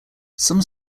some